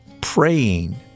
praying